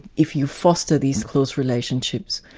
if you foster these close relationships,